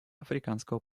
африканского